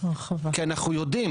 כי אנחנו יודעים